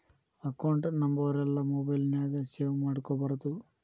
account ನಂಬರೆಲ್ಲಾ mobile ನ್ಯಾಗ save ಮಾಡ್ಕೊಬಾರ್ದು